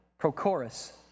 Prochorus